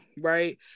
right